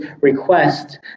request